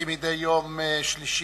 כמדי יום שלישי,